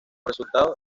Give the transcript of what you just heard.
resultado